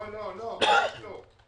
לא, לא, לא, לא, ממש לא.